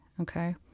Okay